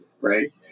right